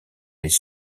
les